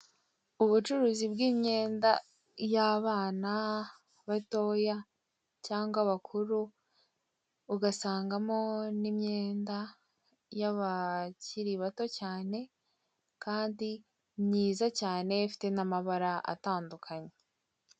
Ubucuruzi bw' imyenda y'abana batoya cyangwa abakuru, ugasangamo n' imyenda yabakiri bato cyane, Kandi myiza cyane ifite n' amabara atandukanye.